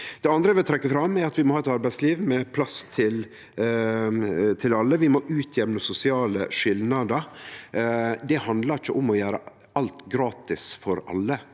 Det andre eg vil trekkje fram, er at vi må ha eit arbeidsliv med plass til alle. Vi må jamne ut sosiale skilnader. Det handlar ikkje om å gjere alt gratis for alle.